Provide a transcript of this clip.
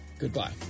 Goodbye